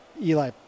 Eli